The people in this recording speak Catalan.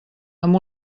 amb